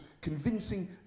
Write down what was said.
convincing